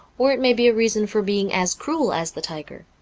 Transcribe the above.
or it may be a reason for being as cruel as the tiger.